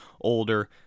older